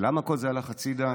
ולמה כל זה הלך הצידה?